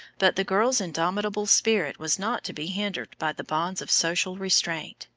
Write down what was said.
but the girl's indomitable spirit was not to be hindered by the bonds of social restraint,